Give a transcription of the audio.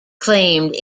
claimed